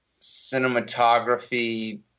cinematography